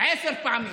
עשר פעמים.